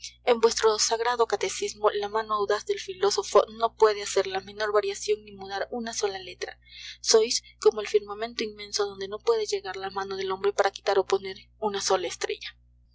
en vuestro sagrado catecismo la mano audaz del filósofo no puede hacer la menor variación ni mudar una sola letra sois como el firmamento inmenso a donde no puede llegar la mano del hombre para quitar o poner una sola estrella